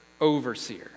overseer